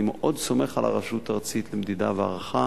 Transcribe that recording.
אני מאוד סומך על הרשות הארצית למדידה והערכה.